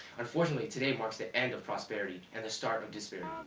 unfortunately today marks the end of prosperity and the start of disparity.